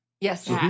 Yes